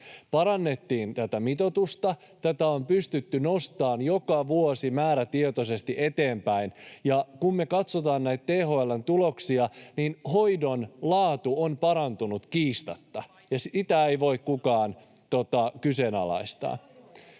Parannettiin tätä mitoitusta. Tätä on pystytty nostamaan joka vuosi määrätietoisesti eteenpäin, ja kun me katsotaan näitä THL:n tuloksia, niin hoidon laatu on parantunut kiistatta, [Pia Sillanpää: Paitsi